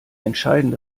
entscheidende